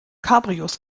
cabrios